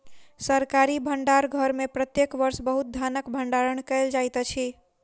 सरकारी भण्डार घर में प्रत्येक वर्ष बहुत धानक भण्डारण कयल जाइत अछि